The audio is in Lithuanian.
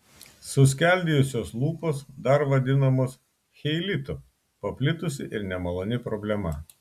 suskeldėjusios lūpos dar vadinamos cheilitu paplitusi ir nemaloni problema